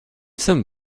some